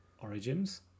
Origins